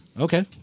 Okay